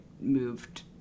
moved